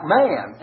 man